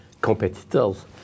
competitors